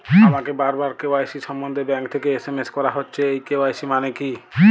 আমাকে বারবার কে.ওয়াই.সি সম্বন্ধে ব্যাংক থেকে এস.এম.এস করা হচ্ছে এই কে.ওয়াই.সি মানে কী?